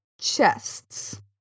chests